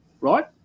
right